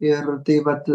ir tai vat